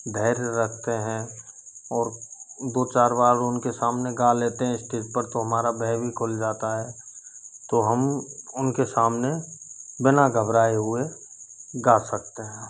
धैर्य रखते हैं और दो चार बार उन के सामने गा लेते हैं इस्टेज पर तो हमारा भय भी खुल जाता है तो हम उन के सामने बिना घबराए हुए गा सकते हैं